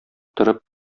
торып